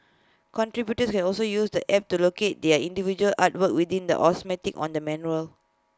contributors can also use the app to locate their individual artwork within the on the mural